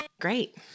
great